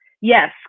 Yes